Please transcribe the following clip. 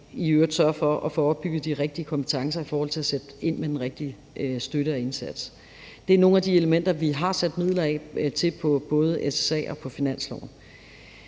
i øvrigt sørger for at få opbygget de rigtige kompetencer i forhold til at sætte ind med den rigtige støtte og indsats. Det er nogle af de elementer, vi har sat midler af til på både SSA-reserven og finansloven.